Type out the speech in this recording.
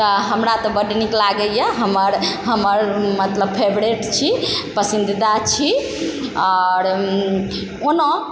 आओर हमरा तऽ बड्ड नीक लागैए हमर मतलब फेवरेट छी पसन्दीदा छी आओर ओना